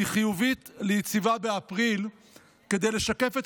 מחיובית ליציבה באפריל כדי לשקף את